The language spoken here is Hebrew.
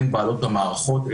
הן בעלות המערכות,